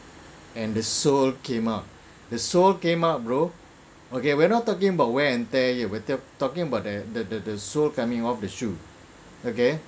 and the sole came up the sole came up bro okay we're not talking about wear and tear here we're ta~ talking about the the the the sole coming off the shoe okay